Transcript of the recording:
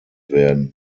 werden